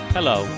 Hello